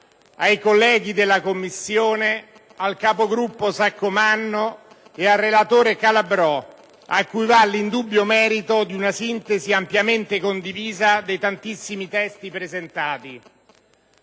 ai colleghi della Commissione, al capogruppo Saccomanno e al relatore Calabrò, a cui va l'indubbio merito di una sintesi ampiamente condivisa dei tantissimi testi presentati.